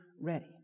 ready